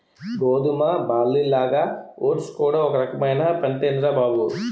గోధుమ, బార్లీలాగా ఓట్స్ కూడా ఒక రకమైన పంటేనురా బాబూ